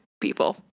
people